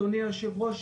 אדוני היושב-ראש,